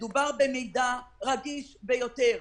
מדובר במידע רגיש ביותר.